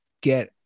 get